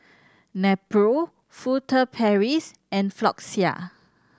Nepro Furtere Paris and Floxia